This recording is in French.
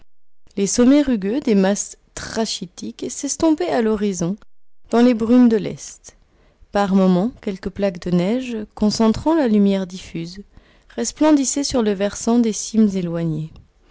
les sommets rugueux des masses trachytiques s'estompaient à l'horizon dans les brumes de l'est par moments quelques plaques de neige concentrant la lumière diffuse resplendissaient sur le versant des cimes éloignées